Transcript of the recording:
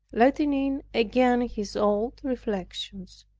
letting in again his old reflections,